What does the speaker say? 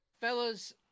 Fellas